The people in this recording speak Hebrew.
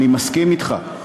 אני מסכים אתך.